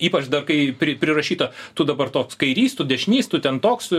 ypač kai pri prirašyto tu dabar toks kairys tu dešinys tu ten toks